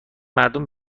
مردم